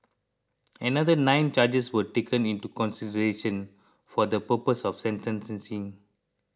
another nine charges were taken into consideration for the purpose of sentencing